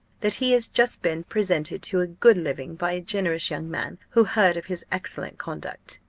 that he has just been presented to a good living by a generous young man, who heard of his excellent conduct?